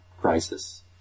crisis